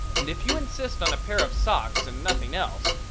and if you insist on a pair of socks and nothing else,